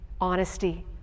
honesty